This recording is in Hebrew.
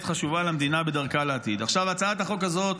חשובה למדינה בדרכה לעתיד." הצעת החוק הזאת